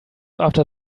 after